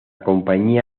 compañía